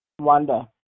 Wanda